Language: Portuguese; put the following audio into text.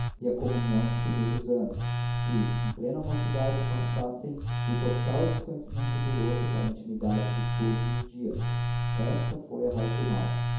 e a comunhão dos primeiros anos que em plena mocidade passassem do total desconhecimento um do outro para a intimidade de todos os dias esta foi a raiz do mal